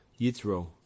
Yitro